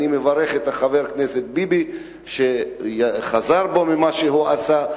אני מברך את חבר הכנסת ביבי שחזר בו ממה שהוא עשה,